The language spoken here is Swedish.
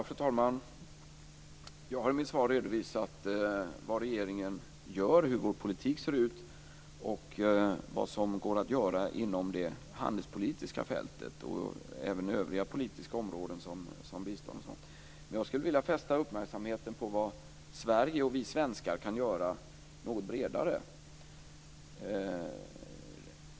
Fru talman! Jag har i mitt svar redovisat vad regeringen gör, hur vår politik ser ut och vad som går att göra inom det handelspolitiska fältet och även på övriga politiska områden som bistånd m.m. Men jag skulle vilja fästa uppmärksamheten på vad Sverige och vi svenskar kan göra något bredare.